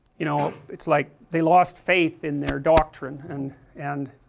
you know, it's like they lost faith in their doctrine and and